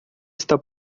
está